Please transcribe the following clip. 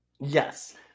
Yes